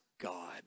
God